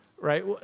Right